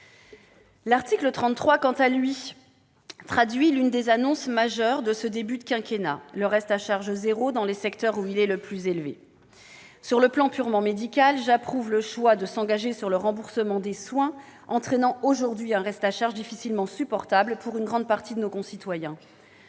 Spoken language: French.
l'article 33, il traduit l'une des annonces majeures de ce début de quinquennat : le « reste à charge zéro » dans les secteurs où il est le plus élevé. Sur le plan purement médical, j'approuve le choix de s'engager sur le remboursement des soins entraînant aujourd'hui un reste à charge difficilement supportable pour une grande partie de nos concitoyens.